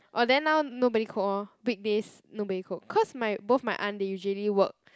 oh then now nobody cook lor weekdays nobody cook cause my both my aunt they usually work